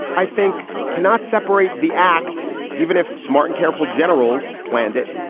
i think cannot separate the act even if smart and careful generals planned it.